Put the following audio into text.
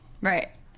right